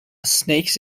snakes